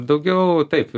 daugiau taip